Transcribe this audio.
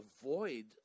avoid